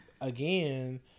again